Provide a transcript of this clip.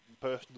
personally